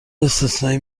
استثنایی